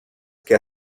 que